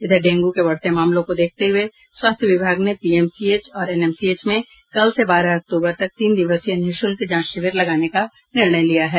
इधर डेंगू के बढ़ते मामलों को देखते हुये स्वास्थ्य विभाग ने पीएमसीएच और एनएमसीएच में कल से बारह अक्तूबर तक तीन दिवसीय निःशुल्क जांच शिविर लगाने का निर्णय लिया है